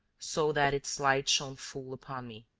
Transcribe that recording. so that its light shone full upon me.